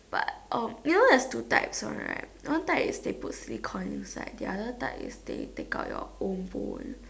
but um you know there's two types one right one type is they put silicon inside the other type is they take out your old bone